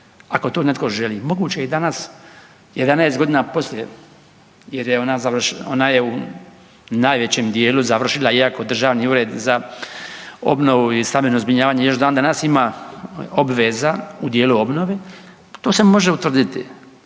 ako to netko želi, moguće je i danas 11 godina poslije jer je ona završila, ona je u najvećem dijelu završila iako Državni ured za obnovu i stambeno zbrinjavanje još dan danas ima obveza u dijelu obnove to se može utvrditi,